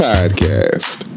Podcast